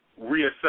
reassess